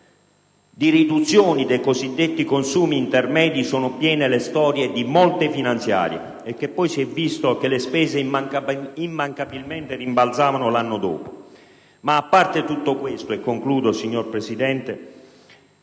di riduzioni dei cosiddetti consumi intermedi sono piene le storie di molte finanziarie e che poi si è visto che le spese immancabilmente rimbalzavano l'anno dopo. A parte tutto questo, con questa